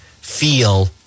feel